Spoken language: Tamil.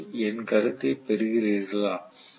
நீங்கள் என் கருத்தைப் பெறுகிறீர்களா